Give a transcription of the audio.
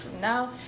no